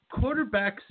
quarterbacks